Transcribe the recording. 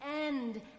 end